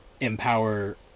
empower